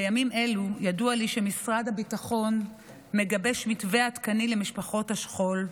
ידוע לי שבימים אלו משרד הביטחון מגבש מתווה עדכני למשפחות השכול,